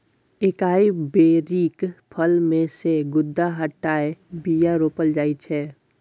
एकाइ बेरीक फर मे सँ गुद्दा हटाए बीया रोपल जाइ छै